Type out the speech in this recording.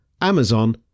Amazon